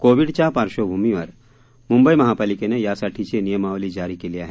कोविडच्या पार्श्वभूमीवर मुंबई महापालिकेनं यासाठीची नियमावली जारी केली आहे